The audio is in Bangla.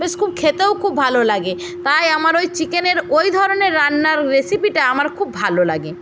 বেশ খুব খেতেও খুব ভালো লাগে তাই আমার ওই চিকেনের ওই ধরনের রান্নার রেসিপিটা আমার খুব ভালো লাগে